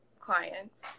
clients